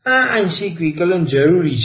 આ આંશિક વિકલન જરૂરી છે